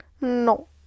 No